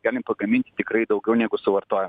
galim pagaminti tikrai daugiau negu suvartojam